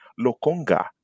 Lokonga